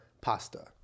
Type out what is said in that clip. pasta